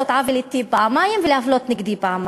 עוול אתי פעמיים ולהפלות נגדי פעמיים.